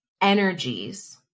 energies